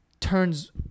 turns